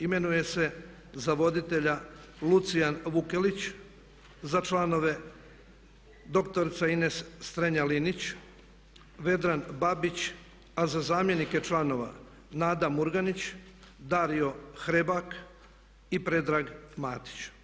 Imenuje se za voditelja Lucijan Vukelić, za članove dr. Ines Strenja-Linić, Vedran Babić a za zamjenike članova Nada Murganić, Dario Hrebak i Predrag Matić.